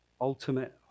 Ultimate